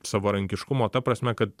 savarankiškumo ta prasme kad